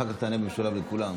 אחר כך תענה במשולב לכולם.